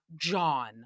John